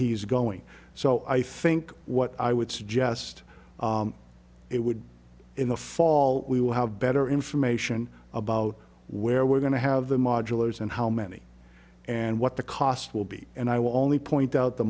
he's going so i think what i would suggest it would be in the fall we will have better information about where we're going to have the modulars and how many and what the cost will be and i will only point out the